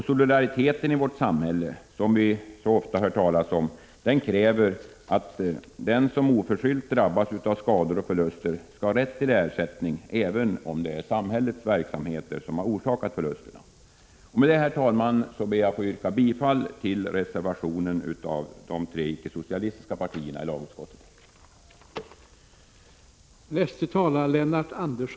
Solidariteten i vårt samhälle, som vi så ofta hör talas om, kräver att den som oförskyllt drabbas av skador och förluster skall ha rätt till ersättning, även om det är samhällets verksamheter som orsakat förlusterna. Med detta, herr talman, ber jag att få yrka bifall till den gemensamma borgerliga reservationen till lagutskottets betänkande.